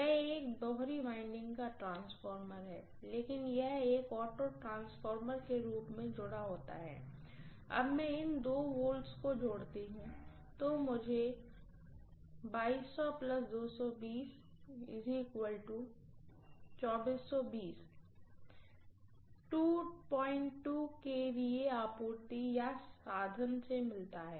यह एक दो वाइंडिंग का ट्रांसफॉर्मर है लेकिन यह एक ऑटो ट्रांसफॉर्मर के रूप में जुड़ा होता है अब मैं इन् दो वॉल्ट्ज को जोड़ती हूँ तो मुझे 22 kV आपूर्ति या साधन से मिलता है